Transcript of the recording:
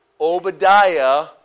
Obadiah